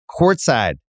courtside